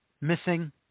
missing